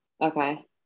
okay